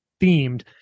themed